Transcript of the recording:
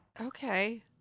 Okay